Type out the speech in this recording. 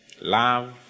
Love